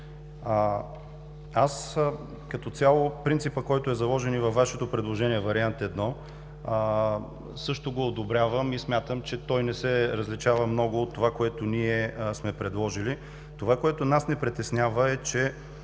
одобрявам принципа, който е заложен и във Вашето предложение – вариант І, и смятам, че той не се различава много от това, което ние сме предложили. Онова, което нас ни притеснява, е, че